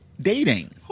Dating